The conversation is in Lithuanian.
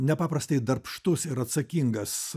nepaprastai darbštus ir atsakingas